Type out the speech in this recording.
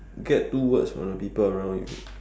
get two words from the people around you